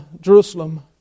Jerusalem